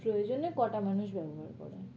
প্রয়োজনে কটা মানুষ ব্যবহার করে